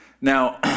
Now